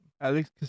Alex